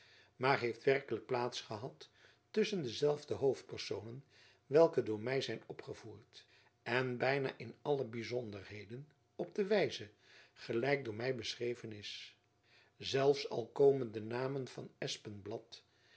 maar heeft werkelijk plaats gehad tusschen dezelfde hoofdpersonen welke door my zijn opgevoerd en byna in alle byzonderheden op de wijze gelijk door my beschreven is zelfs al komen de namen van